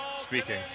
speaking